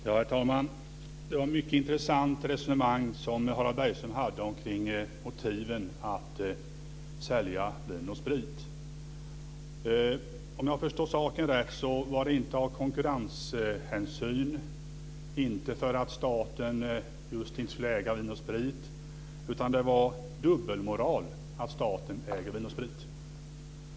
Herr talman! Det var ett mycket intressant resonemang som Harald Bergström förde kring motiven att sälja Vin & Sprit. Om jag har förstått saken rätt var det inte av konkurrenshänsyn, inte för att staten inte skulle äga just Vin & Sprit, utan för att det skulle vara dubbelmoral att staten äger Vin & Sprit.